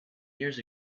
years